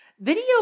Video